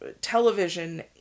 television